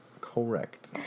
correct